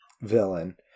villain